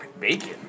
bacon